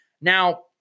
Now –